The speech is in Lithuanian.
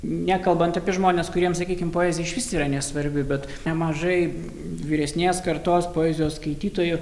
nekalbant apie žmones kuriem sakykim poezija išvis yra nesvarbi bet nemažai vyresnės kartos poezijos skaitytojų